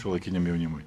šiuolaikiniam jaunimui